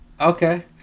Okay